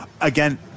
again